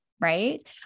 right